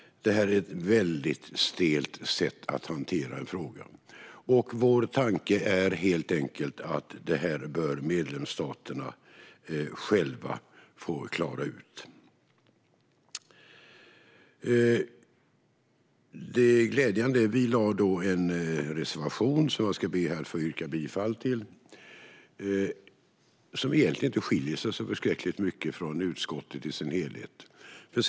Detta är ett väldigt stelt sätt att hantera en fråga på. Vår tanke är helt enkelt att detta bör medlemsstaterna själva få klara ut. Vi lade fram en reservation, som jag ber att få yrka bifall till. Den skiljer sig inte så förskräckligt mycket från utskottets förslag i dess helhet.